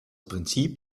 prinzip